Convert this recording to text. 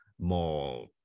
more